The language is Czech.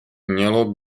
mělo